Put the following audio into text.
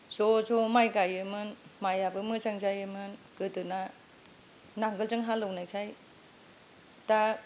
ज' ज' माइ गायोमोन माइयाबो मोजां जायोमोन गोदोना नांगोलजों हालेवनायखाय दा